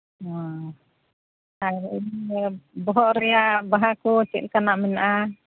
ᱟᱨ ᱤᱭᱟᱹ ᱵᱚᱦᱚᱜ ᱨᱮᱭᱟᱜ ᱵᱟᱦᱟ ᱠᱚ ᱪᱮᱫ ᱞᱮᱠᱟᱱᱟᱜ ᱢᱮᱱᱟᱜᱼᱟ